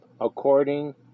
according